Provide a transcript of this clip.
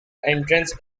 entrance